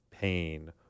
pain